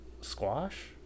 squash